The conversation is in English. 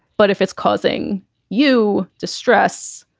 but if it's causing you distress.